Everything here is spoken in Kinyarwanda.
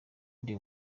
ndi